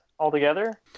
Altogether